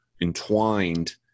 entwined